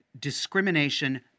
discrimination